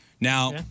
Now